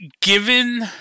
given